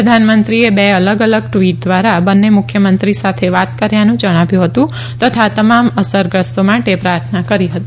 પ્રધાનમંત્રીએ બે અલગ અલગ ટ઼વીટ દ્વારા બંને મુખ્યમંત્રી સાથે વાત કર્યાનું જણાવ્યું હતું તથા તમામ અસરગ્રસ્તો માટે પ્રાર્થના કરી હતી